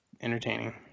entertaining